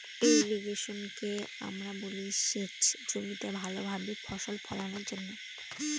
ইর্রিগেশনকে আমরা বলি সেচ জমিতে ভালো ভাবে ফসল ফোলানোর জন্য